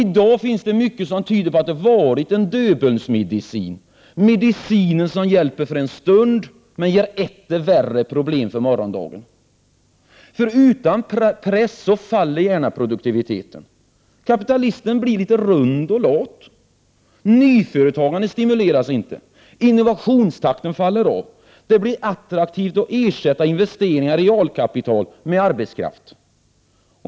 I dag finns det mycket som tyder på att det varit en Döbelns medicin — medicin som hjälper för stunden, men ger etter värre problem för morgondagen. Utan press faller gärna produktiviteten. Kapitalisten blir litet rund och lat. Nyföretagande stimuleras inte. Innovationstakten faller av. Det blir attraktivt att ersätta investeringar i realkapital med arbetskraft.